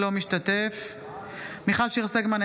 אינו משתתף בהצבעה מיכל שיר סגמן,